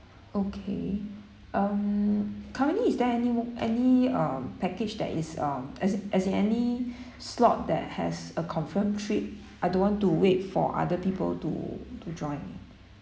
okay um currently is there any any um package that is um as in as in any slot that has a confirmed trip I don't want to wait for other people to to join